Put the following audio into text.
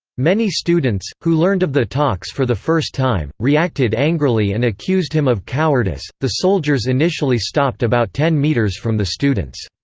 many students, who learned of the talks for the first time, reacted angrily and accused him of cowardice the soldiers initially stopped about ten meters from the students.